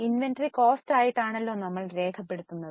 inventory cost ആയിട്ടാണല്ലോ രേഖപ്പെടുത്തുന്നത്